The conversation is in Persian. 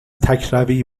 تکروی